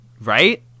right